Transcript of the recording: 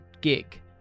gig